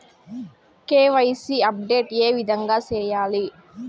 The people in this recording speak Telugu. కె.వై.సి అప్డేట్ ఏ విధంగా సేయాలి?